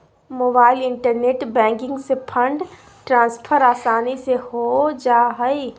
mobile internet banking से fund transfer आसानी से हो जा हइ